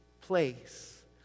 place